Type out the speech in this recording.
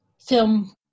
film